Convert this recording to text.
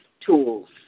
tools